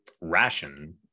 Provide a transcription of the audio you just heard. ration